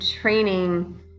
training